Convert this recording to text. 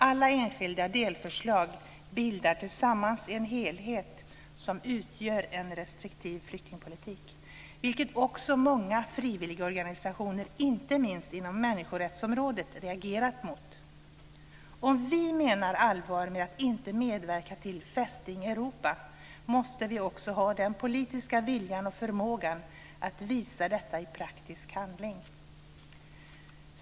Alla enskilda delförslag bildar tillsammans en helhet som utgör en restriktiv flyktingpolitik, vilket också många frivilligorganisationer, inte minst inom människorättsområdet, reagerat mot. Om vi menar allvar med att inte medverka till Fästning Europa måste vi också ha den politiska viljan och förmågan att visa detta i praktisk handling.